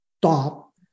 stop